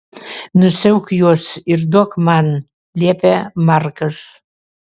nusiauk juos ir duok man liepia markas